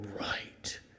Right